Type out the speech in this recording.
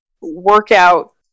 workout